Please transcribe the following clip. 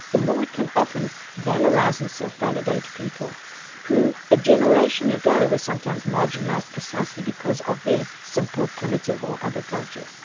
the more it can often valorise and self-validate people who a generation ago were sometimes marginalised precisely because of their simple, primitive or other cultures.